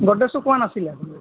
গডৰেজটো কোৱা নাছিলে আপুনি সেইটো